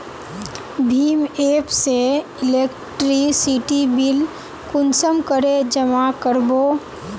भीम app से electricity bill कुंसम करे जमा कर बो?